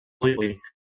completely